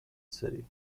city